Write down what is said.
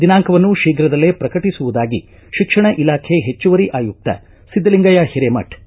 ದಿನಾಂಕವನ್ನು ಶೀಘದಲ್ಲೇ ಪ್ರಕಟಿಸುವುದಾಗಿ ಶಿಕ್ಷಣ ಇಲಾಖೆ ಹೆಚ್ಚುವರಿ ಆಯುಕ್ತ ಸಿದ್ದಲಿಂಗಯ್ಯ ಹಿರೇಮಠ ತಿಳಿಸಿದ್ದಾರೆ